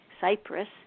Cyprus